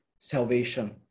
salvation